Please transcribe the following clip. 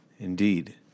Indeed